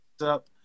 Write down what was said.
up